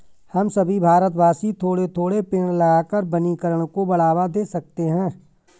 हम सभी भारतवासी थोड़े थोड़े पेड़ लगाकर वनीकरण को बढ़ावा दे सकते हैं